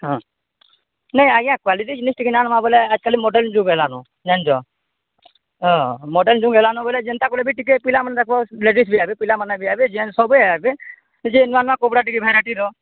ହଁ ନାଇଁ ଆଜ୍ଞା କ୍ୱାଲିଟି ଜିନିଷ୍ ଟିକେ ନା ଆଣମା ବଲେ ଆଜ୍କାଲି ମଡ଼େଲ ଯୁଗ୍ ହେଲାନ ଜାଣିଛ ହଁ ମଡ଼େଲ ଯୁଗ୍ ହେଲାନୁ ବଲେ ଯେନ୍ତା କଲେ ବି ଟିକେ ପିଲାମାନେ ଦେଖବ ଲେଡ଼ିଜ ବି ହେବେ ପିଲାମାନେ ବି ଆଇବେ ଜେଣ୍ଟ୍ସ ବି ଆଇବେ ସବେ ଆଇବେ ଯେ ନୂଆ ନୂଆ କପଡ଼ା ଟିକେ ଭେରାଇଟିର